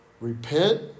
repent